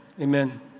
Amen